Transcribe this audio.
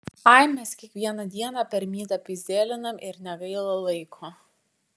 ai mes kiekvieną dieną per mytą pyzdėlinam ir negaila laiko